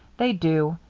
they do.